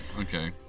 Okay